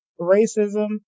racism